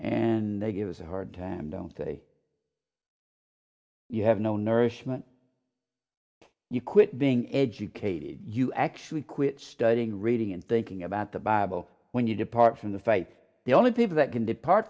and they give us a hard time don't say you have no nourishment you quit being educated you actually quit studying reading and thinking about the bible when you depart from the fates the only people that can depart